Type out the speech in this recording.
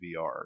VR